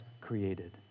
created